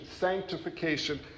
sanctification